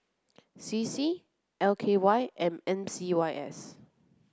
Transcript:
C C L K Y and M C Y S